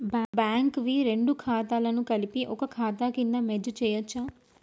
Bank వి రెండు ఖాతాలను కలిపి ఒక ఖాతా కింద మెర్జ్ చేయచ్చా?